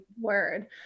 word